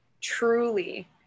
truly